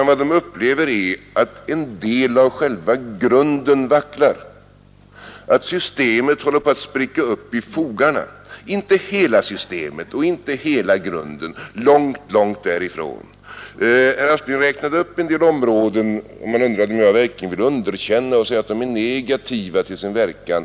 Vad de upplever är i stället att en del av själva grunden vacklar, att systemet håller på att spricka upp i fogarna; men det gäller långt ifrån hela systemet och hela grunden. Herr Aspling räknade upp en del områden där det vidtagits åtgärder som han undrade om jag verkligen vill underkänna och säga att de är negativa till sin verkan.